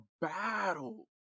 battle